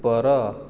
ଉପର